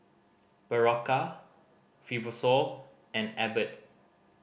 Berocca Fibrosol and Abbott